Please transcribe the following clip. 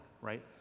right